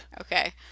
Okay